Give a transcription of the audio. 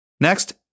Next